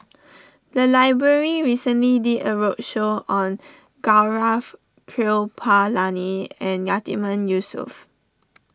the library recently did a roadshow on Gaurav Kripalani and Yatiman Yusof